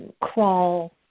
crawl